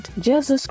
Jesus